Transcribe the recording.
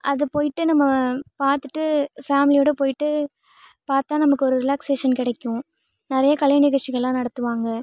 அது போய்ட்டு நம்ம பார்த்துட்டு ஃபேமிலியோடு போய்ட்டு பார்த்தா நமக்கு ஒரு ரிலேக்சேஸன் கிடைக்கும் நிறையா கலைநிகழ்ச்சிகள்லாம் நடத்துவாங்க